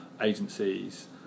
agencies